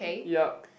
yup